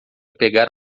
pegar